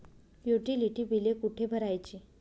Utility बिले कुठे भरायची?